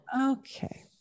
Okay